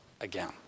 again